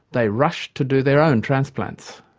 they rushed to do their own transplants.